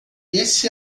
esse